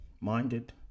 minded